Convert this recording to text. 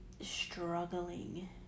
struggling